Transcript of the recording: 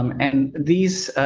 um and these,